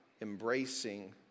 embracing